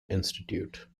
institute